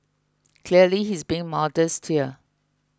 clearly he's being modest here